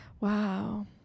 wow